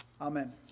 Amen